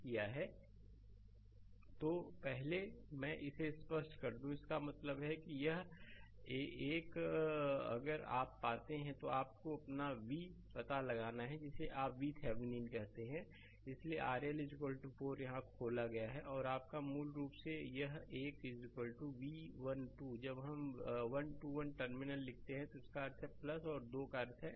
slide समय देखें 0754 तो पहले मैं इसे स्पष्ट कर दूं इसका मतलब है यह एक अगर आप आते हैं कि आपको अपना V पता लगाना है जिसे आप VThevenin कहते हैं इसलिए RL 4 यहाँ खोला गया है और आपका मूल रूप से यह एक V 1 2 है जब हम 1 2 1 टर्मिनल लिखते हैं तो इसका अर्थ है और दो का अर्थ है